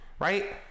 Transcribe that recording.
Right